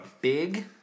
big